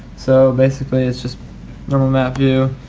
so basically it's just normal map view.